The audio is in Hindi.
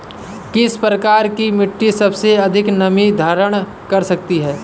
किस प्रकार की मिट्टी सबसे अधिक नमी धारण कर सकती है?